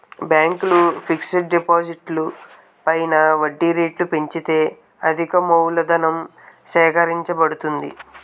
బ్యాంకులు ఫిక్స్ డిపాజిట్లు పైన వడ్డీ రేట్లు పెంచితే అధికమూలధనం సేకరించబడుతుంది